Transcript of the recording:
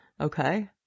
Okay